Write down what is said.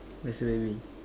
where's